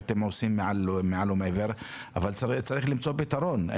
שאתם עושים מעל ומעבר אבל צריך למצוא פתרון.